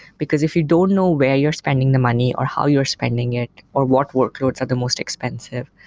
because if you don't know where you're spending the money or how you're spending it or what workloads are the most expensive,